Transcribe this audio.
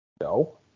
No